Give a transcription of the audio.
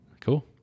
cool